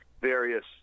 various